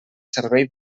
servei